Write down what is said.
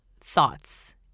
thoughts